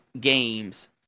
games